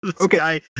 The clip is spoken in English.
Okay